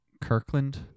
Kirkland